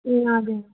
ए हजुर